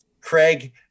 Craig